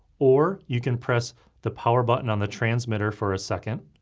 or you can press the power button on the transmitter for a second,